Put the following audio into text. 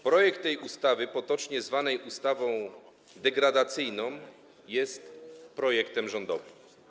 Projekt tej ustawy, potocznie zwanej ustawą degradacyjną, jest projektem rządowym.